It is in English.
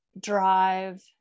drive